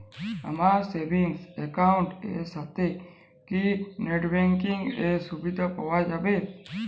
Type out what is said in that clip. আমার savings account এর সাথে কি নেটব্যাঙ্কিং এর সুবিধা পাওয়া যাবে?